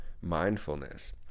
mindfulness